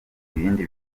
ibindi